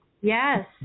Yes